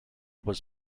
was